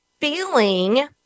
feeling